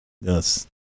Yes